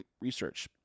research